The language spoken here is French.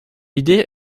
idée